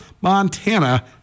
Montana